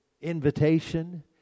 invitation